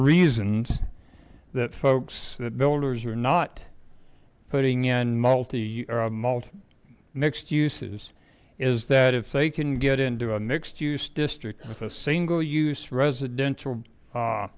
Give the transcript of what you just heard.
reasons that folks that builders are not putting in multi or multi mixed uses is that if they can get into a mixed use district with a single use residential